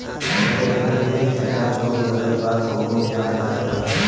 हमरे धान में खैरा रोग लगल बा कवनो उपाय बतावा?